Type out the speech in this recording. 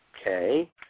okay